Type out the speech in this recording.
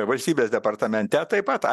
valstybės departamente taip pat